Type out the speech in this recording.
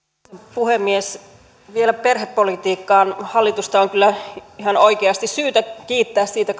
puhemies vielä perhepolitiikkaan hallitusta on kyllä ihan oikeasti syytä kiittää siitä